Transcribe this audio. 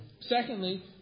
Secondly